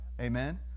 Amen